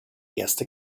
erste